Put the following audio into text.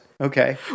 okay